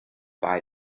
buy